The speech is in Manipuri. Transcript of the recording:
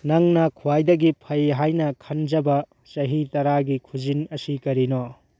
ꯅꯪꯅ ꯈ꯭ꯋꯥꯏꯗꯒꯤ ꯐꯩ ꯍꯥꯏꯅ ꯈꯟꯖꯕ ꯆꯍꯤ ꯇꯔꯥꯒꯤ ꯈꯨꯖꯤꯟ ꯑꯁꯤ ꯀꯔꯤꯅꯣ